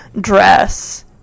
dress